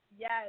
Yes